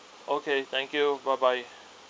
okay thank you bye bye